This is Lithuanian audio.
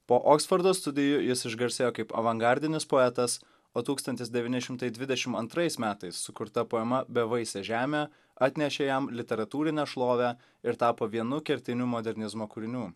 po oksfordo studijų jis išgarsėjo kaip avangardinis poetas o tūkstantis devyni šimtai dvidešim antrais metais sukurta poema bevaisė žemė atnešė jam literatūrinę šlovę ir tapo vienu kertinių modernizmo kūrinių